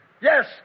Yes